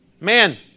Man